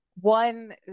one